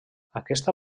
aquesta